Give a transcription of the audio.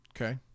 okay